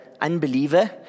unbeliever